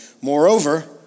moreover